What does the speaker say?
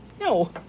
No